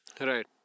right